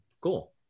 Cool